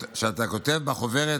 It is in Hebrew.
אתה כותב בחוברת: